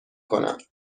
کنم